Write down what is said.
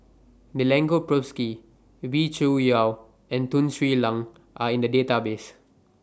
Milenko Prvacki Wee Cho Yaw and Tun Sri Lanang Are in The Database